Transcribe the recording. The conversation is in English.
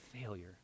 failure